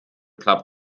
klappt